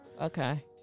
okay